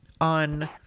on